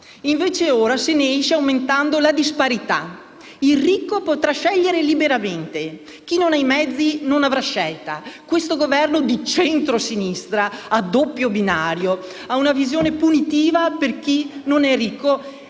invece, se ne esce aumentando la disparità, in quanto il ricco potrà scegliere liberamente, mentre chi non ha i mezzi non avrà scelta. Questo Governo di centrosinistra a doppio binario ha una visione punitiva per chi non è ricco,